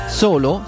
solo